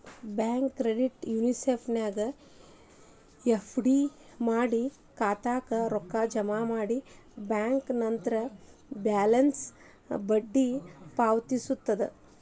bank credit ಯೂನಿಯನ್ನ್ಯಾಗ್ FD ಮಾಡಿ ಖಾತಾಕ್ಕ ರೊಕ್ಕ ಜಮಾ ಮಾಡಿ ಬ್ಯಾಂಕ್ ನಂತ್ರ ಬ್ಯಾಲೆನ್ಸ್ಗ ಬಡ್ಡಿ ಪಾವತಿಸ್ತದ